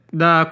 da